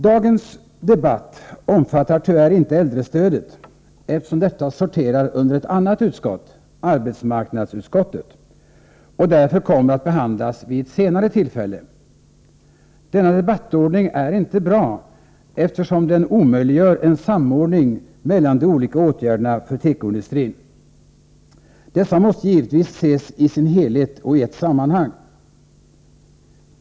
Dagens debatt omfattar tyvärr inte äldrestödet, eftersom detta sorterar under arbetsmarknadsutskottet och därför kommer att behandlas vid ett senare tillfälle. Denna debattordning är inte bra, eftersom den omöjliggör en samordning mellan de olika åtgärderna för tekoindustrin. Dessa måste givetvis ses i sin helhet och i ett sammanhang.